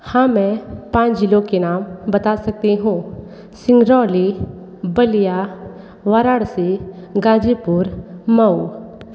हाँ मैं पाँच जिलों के नाम बता सकती हूँ सिंगरौली बलिया वाराणसी गाजीपुर मऊ